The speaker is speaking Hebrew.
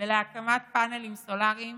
ולהקמת פנלים סולריים